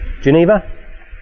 Geneva